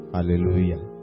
Hallelujah